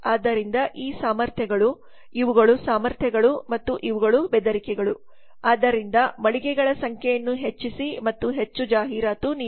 ಆದ್ದರಿಂದ ಈ ಸಾಮರ್ಥ್ಯಗಳು ಇವುಗಳು ಸಾಮರ್ಥ್ಯಗಳು ಮತ್ತು ಇವುಗಳು ಬೆದರಿಕೆಗಳು ಆದ್ದರಿಂದ ಮಳಿಗೆಗಳ ಸಂಖ್ಯೆಯನ್ನು ಹೆಚ್ಚಿಸಿ ಮತ್ತು ಹೆಚ್ಚು ಜಾಹೀರಾತು ನೀಡಿ